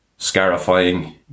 Scarifying